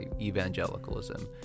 evangelicalism